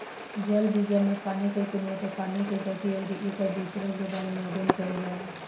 जल विज्ञान में पानी के गुणवत्ता पानी के गति अउरी एकर वितरण के बारे में अध्ययन कईल जाला